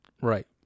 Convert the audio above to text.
right